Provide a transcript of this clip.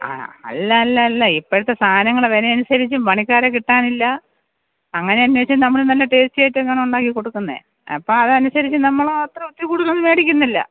ആ അല്ല അല്ല അല്ല ഇപ്പോഴത്തെ സാധനങ്ങൾ വില അനുസരിച്ച് പണിക്കാരെ കിട്ടാനില്ല അങ്ങനെ അന്വേഷിച്ച് നമ്മൾ നല്ല ടേസ്റ്റി ഐറ്റം അങ്ങനെ ഉണ്ടാക്കി കൊടുക്കുന്നത് അപ്പം അതനുസരിച്ച് നമ്മൾ അത്ര ഒത്തിരി കൂടുതലൊന്നും വേടിക്കുന്നില്ല